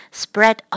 spread